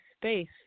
space